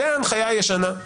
זאת ההנחיה הישנה.